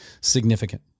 significant